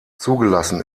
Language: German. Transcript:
zugelassen